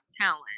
Talent